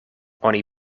oni